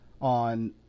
on